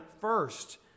first